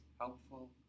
helpful